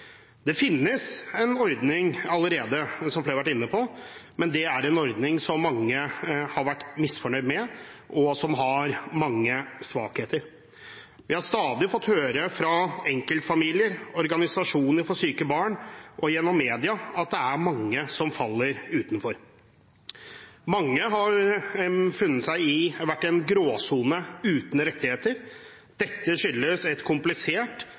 Det finnes en ordning allerede, som flere har vært inne på, men det er en ordning som mange har vært misfornøyd med, og som har mange svakheter. Vi har stadig fått høre fra enkeltfamilier, fra organisasjoner for syke barn og gjennom media at det er mange som faller utenfor. Mange har vært i en gråsone, uten rettigheter. Dette skyldes et komplisert